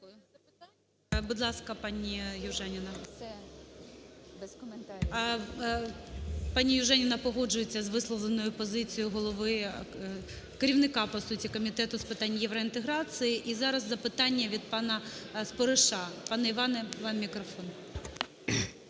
Будь ласка, пані Южаніна. Пані Южаніна погоджується з висловленою позицією голови, керівника по суті Комітету з питань євроінтеграції. І зараз запитання від пана Спориша. Пане Іване, вам мікрофон.